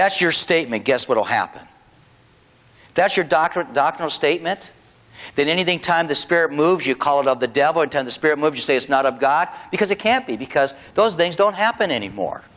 that's your statement guess what will happen that's your doctorate doc no statement that anything time the spirit moves you call it of the devil and the spirit moves say it's not of god because it can't be because those things don't happen anymore